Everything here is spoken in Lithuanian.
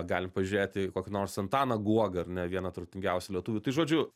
galim pažiūrėt į kokį nors antaną guogą ar ne vieną turtingiausių lietuvių tai žodžiu